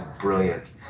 brilliant